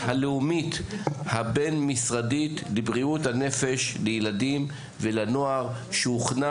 הלאומית הבין-משרדית לבריאות הנפש לילדים ולנוער שהוכנה